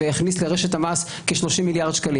והכניס לרשת המס כ-30 מיליארד שקלים.